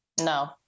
No